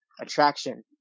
attraction